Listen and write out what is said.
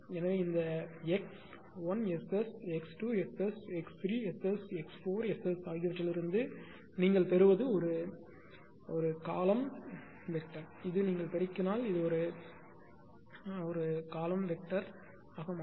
எனவே இந்த x 1SS x 2SS x 3SS x 4SS ஆகியவற்றிலிருந்து நீங்கள் பெறுவது ஒரு நிரல் திசையன் இது நீங்கள் பெருக்கினால் அது நிரல் திசையனாக மாறும்